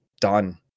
done